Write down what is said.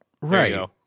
Right